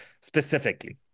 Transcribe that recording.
specifically